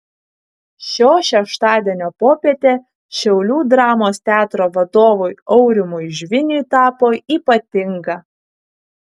šio šeštadienio popietė šiaulių dramos teatro vadovui aurimui žviniui tapo ypatinga